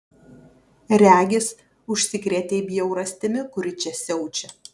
regis užsikrėtei bjaurastimi kuri čia siaučia